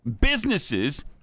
businesses